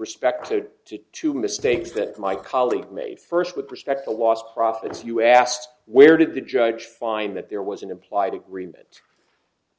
respect to two mistakes that my colleague made first with respect to lost profits you asked where did the judge find that there was an implied agreement